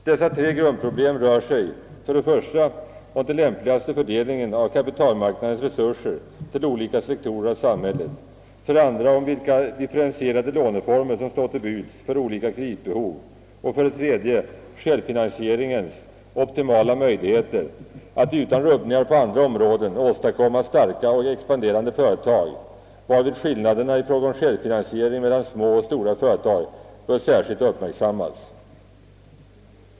Dessa tre grundproblem rör sig om: för det första den lämpligaste fördelningen av kapitalmarknadens resurser på de olika sektorerna i samhället, för det andra vilka differentierade låneformer som står till buds för olika kreditbehov och för det tredje = självfinansieringens optimala möjligheter att utan rubbningar på andra områden åstadkomma starka och expanderande företag, varvid skillnaderna i fråga om självfinansiering mellan små och stora företag särskilt bör uppmärksammas.